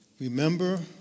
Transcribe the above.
remember